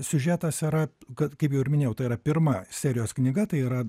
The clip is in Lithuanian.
siužetas yra kad kaip jau minėjau tai yra pirma serijos knyga tai yra